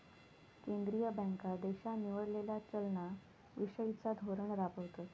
केंद्रीय बँका देशान निवडलेला चलना विषयिचा धोरण राबवतत